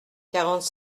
quarante